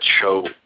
show